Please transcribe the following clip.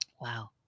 Wow